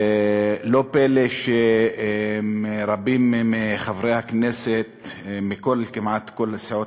לא פלא שרבים מחברי הכנסת כמעט מכל סיעות